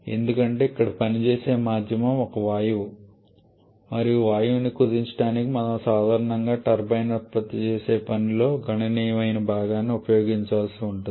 ఎందుకంటే ఇక్కడ పనిచేసే మాధ్యమం ఒక వాయువు మరియు వాయువును కుదించడానికి మనం సాధారణంగా టర్బైన్ ఉత్పత్తి చేసే పనిలో గణనీయమైన భాగాన్ని ఉపయోగించాల్సి ఉంటుంది